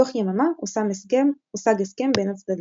תוך יממה הושג הסכם בין הצדדים.